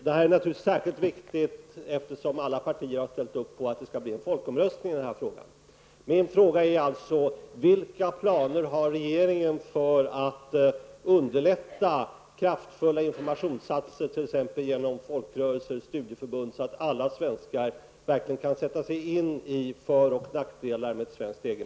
Detta är naturligtvis särskilt viktigt, eftersom alla partier har ställt sig bakom en folkomröstning i frågan.